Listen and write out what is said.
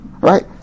right